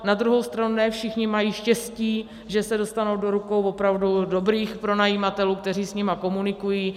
Na druhou stranu ne všichni mají štěstí, že se dostanou do rukou opravdu dobrých pronajímatelů, kteří s nimi komunikují.